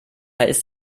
ist